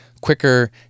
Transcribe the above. quicker